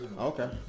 Okay